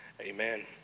Amen